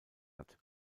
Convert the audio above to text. hat